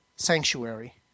sanctuary